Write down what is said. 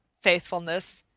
faithfulness,